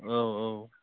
औ औ